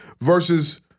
versus